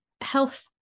health